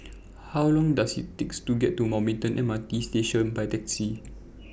How Long Does IT Take to get to Mountbatten M R T Station By Taxi